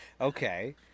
Okay